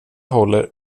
håller